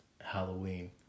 Halloween